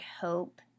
hope